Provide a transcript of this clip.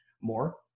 more